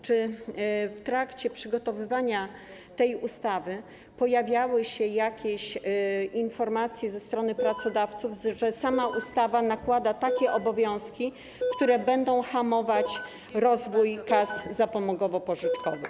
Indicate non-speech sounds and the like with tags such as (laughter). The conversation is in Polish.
Czy w trakcie przygotowywania tej ustawy pojawiały się jakieś informacje ze strony pracodawców, (noise) że sama ustawa nakłada takie obowiązki, które będą hamować rozwój kas zapomogowo-pożyczkowych?